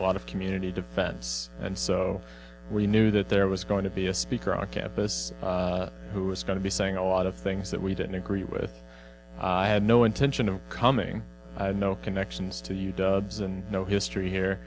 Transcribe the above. lot of community defense and so we knew that there was going to be a speaker on campus who was going to be saying a lot of things that we didn't agree with i had no intention of coming no connections to you dubs and no history here